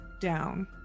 down